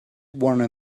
one